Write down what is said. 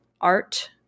art